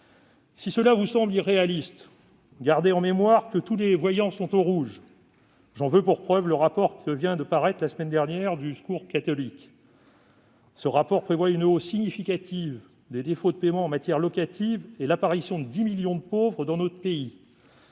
Si cela vous semble irréaliste, gardez en mémoire que tous les voyants sont au rouge. J'en veux pour preuve le rapport du Secours catholique paru la semaine dernière, qui prévoit une hausse significative des défauts de paiement en matière locative et l'apparition de 10 millions de pauvres dans notre pays.